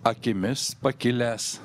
akimis pakilęs